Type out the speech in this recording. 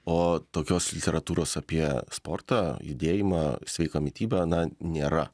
o tokios literatūros apie sportą judėjimą sveiką mitybą na nėra